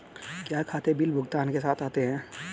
क्या खाते बिल भुगतान के साथ आते हैं?